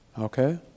Okay